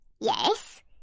Yes